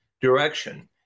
direction